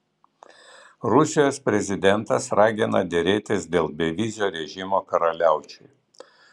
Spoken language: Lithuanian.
rusijos prezidentas ragina derėtis dėl bevizio režimo karaliaučiui